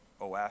OS